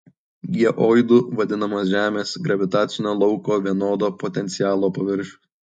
geoidu vadinamas žemės gravitacinio lauko vienodo potencialo paviršius